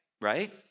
right